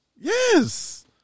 Yes